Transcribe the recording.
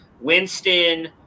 Winston